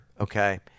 Okay